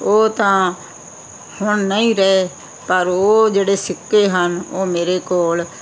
ਉਹ ਤਾਂ ਹੁਣ ਨਹੀਂ ਰਹੇ ਪਰ ਉਹ ਜਿਹੜੇ ਸਿੱਕੇ ਹਨ ਉਹ ਮੇਰੇ ਕੋਲ